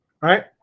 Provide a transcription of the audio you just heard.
right